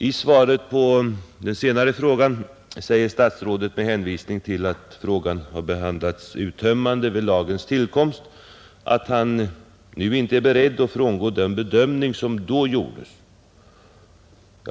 I svaret på den senare frågan säger statsrådet med hänvisning till att saken behandlats uttömmande vid lagens tillkomst, att han inte är beredd att frångå den bedömning som då gjordes.